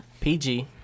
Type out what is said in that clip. PG